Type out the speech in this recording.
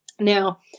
Now